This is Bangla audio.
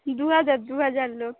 দু হাজার দু হাজার লোক